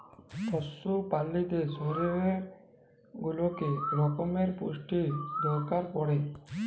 পশু প্রালিদের শরীরের ওলেক রক্যমের পুষ্টির দরকার পড়ে